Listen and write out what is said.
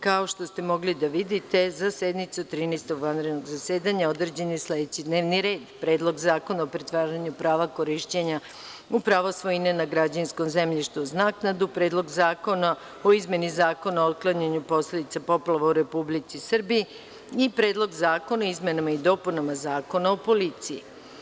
Kao što ste mogli da vidite, za sednicu 13. vanrednog zasedanja određen je sledeći D n e v n ir e d: 1. Predlog zakona o pretvaranju prava korišćenja u pravo svojine na građevinskom zemljištu uz naknadu, 2. Predlog zakona o izmeni Zakona o otklanjanju posledica poplava u Republici Srbiji, i 3. Predlog zakona o izmenama i dopunama Zakona o policiji.